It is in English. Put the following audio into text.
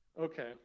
Okay